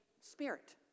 Spirit